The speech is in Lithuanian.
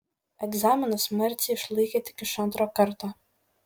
egzaminus marcė išlaikė tik iš antro karto